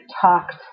talked